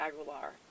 Aguilar